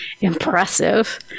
impressive